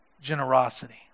generosity